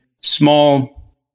small